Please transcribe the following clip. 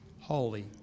holy